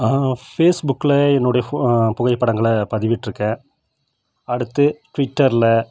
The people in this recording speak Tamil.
ஃபேஸ்புக்கில் என்னுடைய புகைப்படங்களை பதிவிட்டிருக்கேன் அடுத்து டிவிட்டரில்